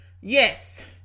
Yes